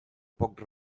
poc